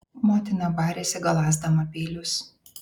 motina barėsi galąsdama peilius